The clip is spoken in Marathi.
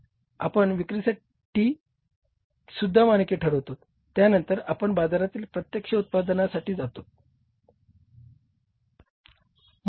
आपण विक्री किंमतीसाठी सुद्धा मानके ठरवतोत त्यानंतर आपण बाजारातील प्रत्यक्ष उत्पादनासाठी जातोत